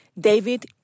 David